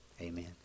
amen